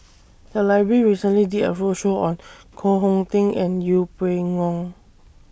The Library recently did A roadshow on Koh Hong Teng and Yeng Pway Ngon